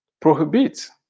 prohibits